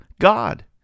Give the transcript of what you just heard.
God